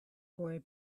boy